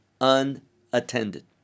unattended